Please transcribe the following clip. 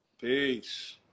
Peace